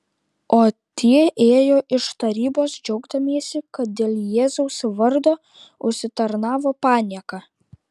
o tie ėjo iš tarybos džiaugdamiesi kad dėl jėzaus vardo užsitarnavo panieką